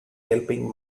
helping